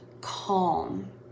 calm